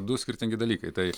du skirtingi dalykai tai